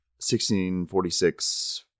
1646